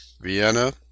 Vienna